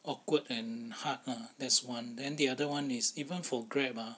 awkward and hard ah that's one then the other one is even for grab ah